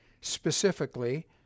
Specifically